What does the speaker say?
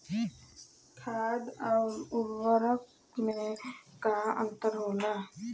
खाद्य आउर उर्वरक में का अंतर होला?